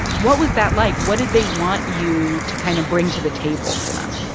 what was that like? what did they want you to kind of bring to the table for them?